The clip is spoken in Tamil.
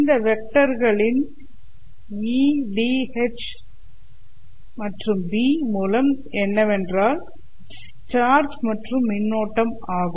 இந்த வெக்டர்களின் E' D' H' and B' மூலம் என்னவென்றால் சார்ஜ் மற்றும் மின்னோட்டம் ஆகும்